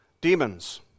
Demons